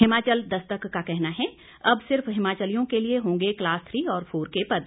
हिमाचल दस्तक का कहना है अब सिर्फ हिमाचलियों के लिए होंगे क्लास थ्री और फोर के पद